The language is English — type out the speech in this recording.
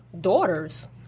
daughters